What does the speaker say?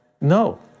No